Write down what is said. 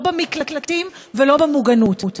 לא במקלטים ולא במוגנות.